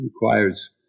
requires